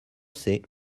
sais